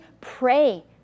pray